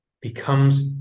becomes